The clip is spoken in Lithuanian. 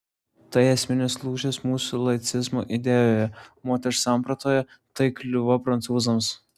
tai esminis lūžis mūsų laicizmo idėjoje moters sampratoje tai kliūva prancūzams